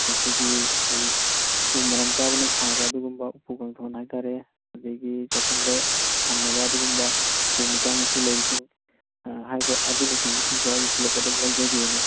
ꯑꯩꯈꯣꯏꯒꯤ ꯎ ꯎ ꯃꯥꯔꯝ ꯆꯥꯕꯅ ꯁꯥꯕ ꯑꯗꯨꯒꯨꯝꯕ ꯎꯄꯨ ꯀꯥꯡꯊꯣꯟ ꯍꯥꯏꯇꯥꯔꯦ ꯑꯗꯨꯗꯒꯤ ꯆꯥꯈꯨꯝꯗ ꯊꯝꯅꯕ ꯑꯗꯨꯒꯨꯝꯕ ꯎꯄꯨ ꯃꯆꯥ ꯃꯁꯨ ꯂꯩꯔꯤ ꯁꯤꯡꯗꯣ ꯑꯗꯨꯅꯆꯤꯡꯕ ꯁꯤꯡꯗꯣ ꯑꯩ ꯄꯨꯂꯞ ꯑꯗꯨꯝ ꯂꯧꯖꯒꯦꯅ